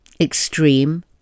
extreme